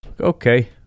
Okay